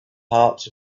hearts